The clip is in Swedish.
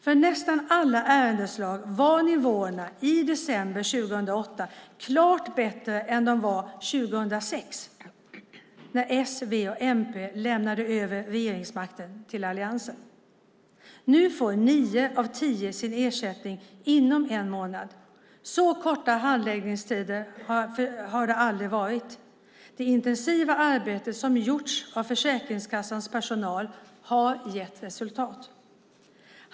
För nästan alla ärendeslag var nivåerna i december 2008 klart bättre än de var 2006 när s, v och mp lämnade över regeringsmakten till alliansen. Nu får nio av tio sin ersättning inom en månad. Så korta har handläggningstiderna aldrig varit. Det intensiva arbete som gjorts av Försäkringskassans personal har gett resultat.